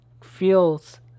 feels